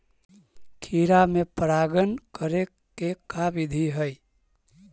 खिरा मे परागण करे के का बिधि है?